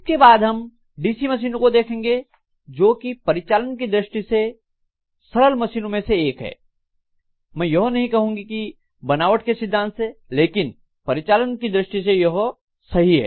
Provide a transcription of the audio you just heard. इसके बाद हम डीसी मशीनों को देखेंगे जोकि परिचालन की दृष्टि से सरल मशीनों में से एक है मैं यह नहीं कहूंगी कि बनावट के सिद्धांत सेलेकिन परिचालन की दृष्टि से यह सही है